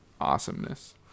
awesomeness